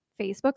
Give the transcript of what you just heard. Facebook